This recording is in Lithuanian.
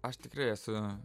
aš tikrai esu